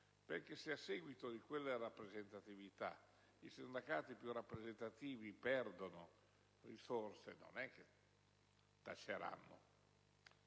perché se a seguito di quella rappresentatività i sindacati più rappresentativi perdono risorse non è che taceranno.